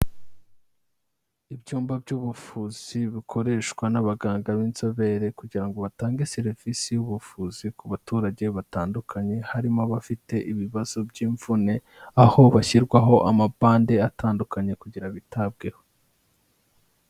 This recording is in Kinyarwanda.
Ibyumba by'ubuvuzi bukoreshwa n'abaganga b'inzobere kugira ngo batange serivisi y'ubuvuzi ku baturage batandukanye harimo abafite ibibazo by'imvune aho bashyirwaho amabande atandukanye kugira bitabweho.